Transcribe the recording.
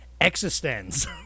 Existence